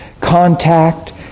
contact